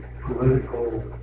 political